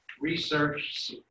research